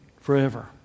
forever